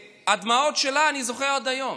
הדמעות שלה אני זוכר עד היום,